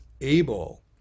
able